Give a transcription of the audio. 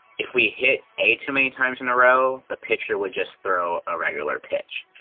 if we hit a too many times in a row, the pitcher would just throw a regular pitch.